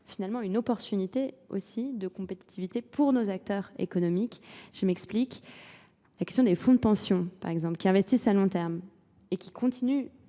finalement une opportunité aussi de compétitivité pour nos acteurs économiques. Je m'explique. La question des fonds de pension, par exemple, qui investissent à long terme et qui continuent